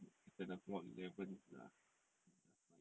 ten o'clock eleven ah I think just nice